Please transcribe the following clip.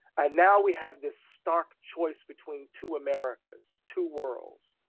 and now we have this stark choice between two americas, two worlds.